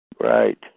Right